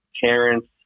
parents